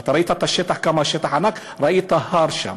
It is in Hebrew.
ואתה ראית את השטח, כמה השטח ענק, ראית הר שם,